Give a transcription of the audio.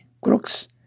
crooks